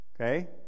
Okay